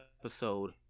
episode